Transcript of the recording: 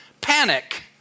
panic